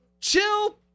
Chill